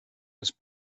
was